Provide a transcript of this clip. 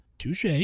Touche